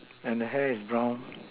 and the hair is brown